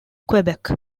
quebec